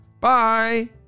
Bye